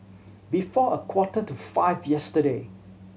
before a quarter to five yesterday